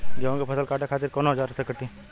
गेहूं के फसल काटे खातिर कोवन औजार से कटी?